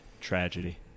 tragedy